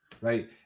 right